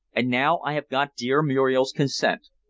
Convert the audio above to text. and now i have got dear muriel's consent.